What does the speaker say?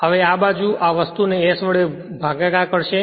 હવે આ બાજુ આ વસ્તુ ને s વડે ભાગાકાર કરશે